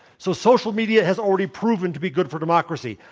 so, social media has already proven to be good for democracy.